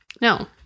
No